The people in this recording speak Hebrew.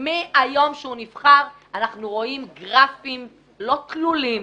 מהיום שהוא נבחר אנחנו רואים גרפים לא תלולים,